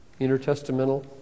intertestamental